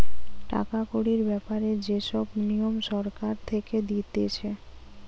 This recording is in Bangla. টাকা কড়ির ব্যাপারে যে সব নিয়ম সরকার থেকে দিতেছে